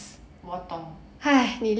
我懂